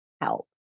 help